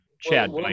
Chad